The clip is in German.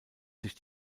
sich